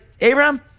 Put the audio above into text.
Abraham